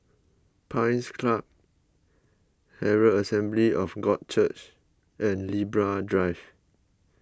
Pines Club Herald Assembly of God Church and Libra Drive